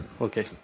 Okay